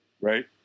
right